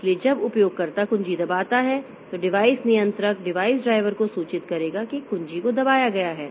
इसलिए जब उपयोगकर्ता कुंजी दबाता है तो डिवाइस नियंत्रक डिवाइस ड्राइवर को सूचित करेगा कि एक कुंजी दबाया गया है